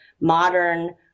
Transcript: modern